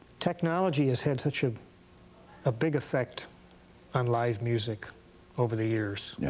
technology has had such a a big effect on live music over the years, yeah